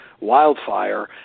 wildfire